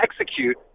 execute